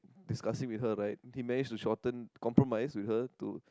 discussing with her right he manage to shorten compromise with her to